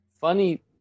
funny